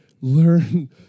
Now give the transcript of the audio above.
learn